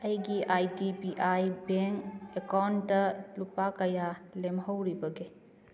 ꯑꯩꯒꯤ I T B I bank ꯑꯦꯀꯥꯎꯟꯗ ꯂꯨꯄꯥ ꯀꯌꯥ ꯂꯦꯝꯍꯧꯔꯤꯕꯒꯦ